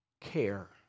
care